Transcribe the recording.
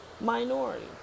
minority